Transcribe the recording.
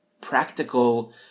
practical